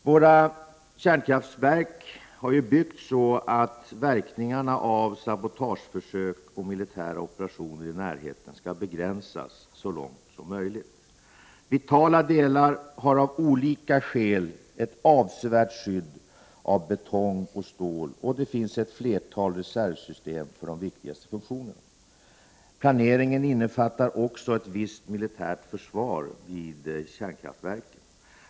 Våra kärnkraftverk har byggts så att verkningarna av sabotageförsök och militära operationer i närheten av kärnkraftverken skall begränsas så långt som möjligt. Vitala delar har av olika skäl ett avsevärt skydd av betong och stål, och det finns ett flertal reservsystem för de viktigaste funktionerna. Planeringen innefattar också ett visst militärt försvar vid kärnkraftverken.